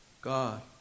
God